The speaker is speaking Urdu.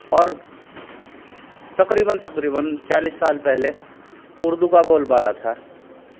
اور تقریباً تقریباً چالیس سال پہلے اردو کا بول بالا تھا